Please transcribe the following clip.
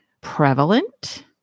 prevalent